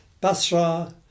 Basra